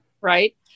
Right